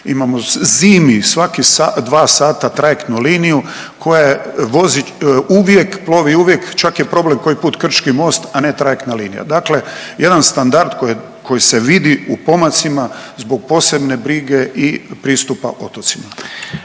imamo zimi svaki dva sata trajektnu liniju koja vozi uvijek plovi uvijek čak je problem koji put Krčki most, a ne trajektna linija. Dakle, jedan standard koji se vidi u pomacima zbog posebne brige i pristupa otocima.